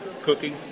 cooking